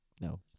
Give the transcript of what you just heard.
No